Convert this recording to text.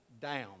down